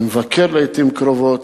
אני מבקר בה לעתים קרובות,